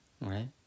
Right